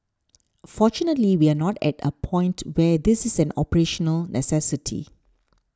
fortunately we are not at a point where this is an operational necessity